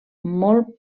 molt